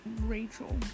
Rachel